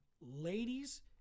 ladies